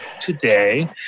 today